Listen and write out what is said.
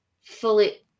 fully